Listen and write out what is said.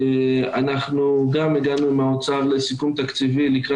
אנחנו גם הגענו עם האוצר לסיכום תקציבי לקראת